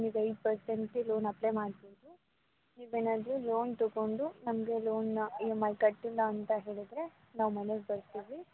ನೀವು ಎಯ್ಟ್ ಪರ್ಸೆಂಟ್ಗೆ loan apply ಮಾಡ್ಬೌದು ನೀವೇನಾದ್ರೂ ಲೋನ್ ತಗೊಂಡು ನಮಗೆ ಲೋನನ್ನ ಇ ಎಮ್ ಐ ಕಟ್ಟಿಲ್ಲ ಅಂತ ಹೇಳಿದರೆ ನಾವು ಮನೆಗೆ ಬರ್ತೀವಿ